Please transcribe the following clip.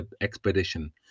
EXPEDITION